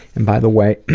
and by the way,